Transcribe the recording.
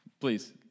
please